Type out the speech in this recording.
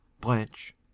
Blanche